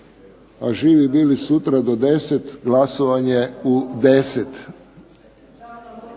A živi bili sutra do 10, glasovanje u 10.